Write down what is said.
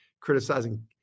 criticizing